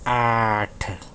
آٹھ